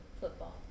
football